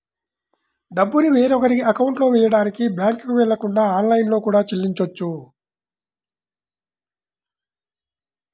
డబ్బుని వేరొకరి అకౌంట్లో వెయ్యడానికి బ్యేంకుకి వెళ్ళకుండా ఆన్లైన్లో కూడా చెల్లించొచ్చు